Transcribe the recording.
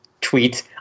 tweet